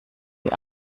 wie